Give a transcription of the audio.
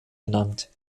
benannt